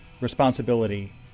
responsibility